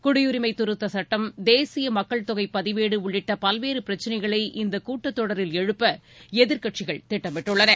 குடியுரிமை திருத்தச் சுட்டம் தேசிய மக்கள் தொகை பதிவேடு உள்ளிட்ட பல்வேறு பிரச்சினைகளை இந்தக் கூட்டத்தொடரில் எழுப்ப எதிர்க்கட்சிகள் திட்டமிட்டுள்ளன